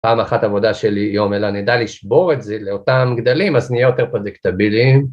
פעם אחת עבודה שלי יום אלה נדע לשבור את זה לאותם גדלים אז נהיה יותר פרדקטביליים